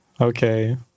okay